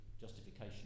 Justification